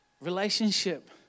Relationship